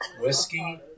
Whiskey